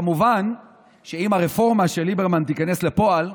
כמובן, אם הרפורמה של ליברמן תצא לפועל,